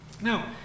Now